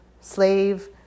slave